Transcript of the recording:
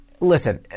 Listen